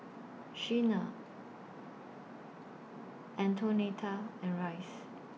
Shenna Antonetta and Rice